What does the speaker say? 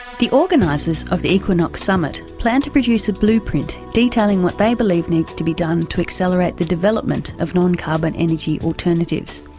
the organisers of the equinox summit plan to produce a blueprint detailing what they believe needs to be done to accelerate the development of non-carbon energy alternatives.